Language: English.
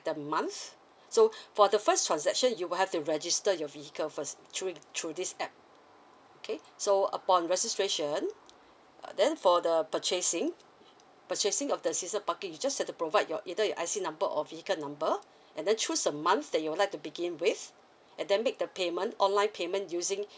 the months so for the first transaction you will have to register your vehicle first throu~ through this app okay so upon registration uh then for the purchasing purchasing of the season parking you just have to provide your either your I_C number or vehicle number and then choose a month that you would like to begin with and then make the payment online payment using